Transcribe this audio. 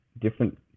different